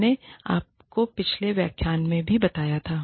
मैंने आपको पिछले व्याख्यान में भी बताया था